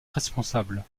responsables